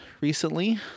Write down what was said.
recently